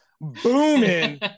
booming